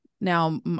now